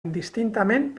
indistintament